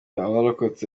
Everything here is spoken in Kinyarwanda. abarokotse